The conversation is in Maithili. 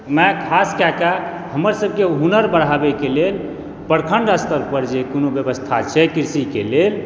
मऽ खास कएकऽ हमर सभके हुनर बढाबैके लेल प्रखंड स्तर पर जे कोनो व्यवस्था छै कृषिके लेल